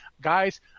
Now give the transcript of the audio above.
guys